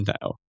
now